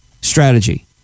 strategy